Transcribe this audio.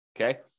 okay